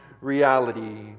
reality